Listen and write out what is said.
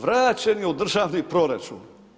Vraćen je u državni proračun.